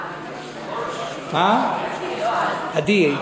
עדי, לא עדי.